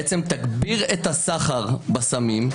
בעצם תגביר את הסחר בסמים,